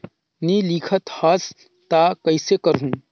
नी लिखत हस ता कइसे करू?